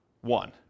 one